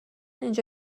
اینجا